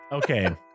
Okay